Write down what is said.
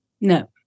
No